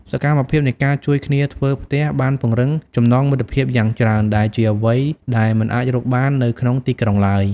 សកម្មភាពនៃការជួយគ្នាធ្វើផ្ទះបានពង្រឹងចំណងមិត្តភាពយ៉ាងច្រើនដែលជាអ្វីដែលមិនអាចរកបាននៅក្នុងទីក្រុងឡើយ។